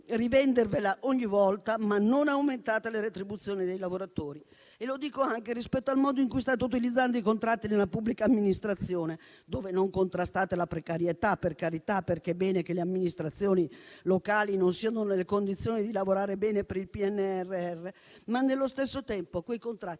rivenderla ogni volta, ma non aumentate le retribuzioni dei lavoratori. Lo dico anche rispetto al modo in cui state utilizzando i contratti nella pubblica amministrazione, dove non contrastate la precarietà - per carità - perché è bene che le amministrazioni locali non siano nelle condizioni di lavorare bene per il PNRR. Ma, nello stesso tempo, quei contratti